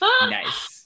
Nice